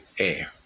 air